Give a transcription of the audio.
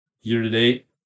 year-to-date